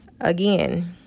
Again